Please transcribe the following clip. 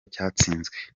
cyatsinzwe